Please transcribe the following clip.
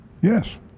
Yes